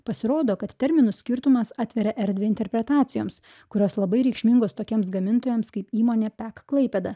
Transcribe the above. pasirodo kad terminų skirtumas atveria erdvę interpretacijoms kurios labai reikšmingos tokiems gamintojams kaip įmonė pek klaipėda